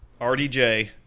rdj